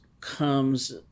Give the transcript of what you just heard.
comes